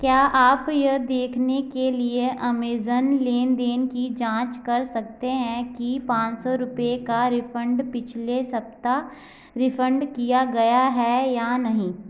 क्या आप यह देखने के लिए अमेज़न लेन देन की जाँच कर सकते हैं कि पाँच सौ रुपये का रिफ़ंड पिछले सप्ताह रिफ़ंड किया गया है या नहीं